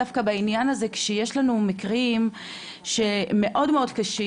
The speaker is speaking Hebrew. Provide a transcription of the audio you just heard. דווקא בעניין הזה כשיש לנו מקרים שהם מאוד-מאוד קשים,